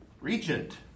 regent